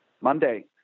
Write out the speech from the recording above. Monday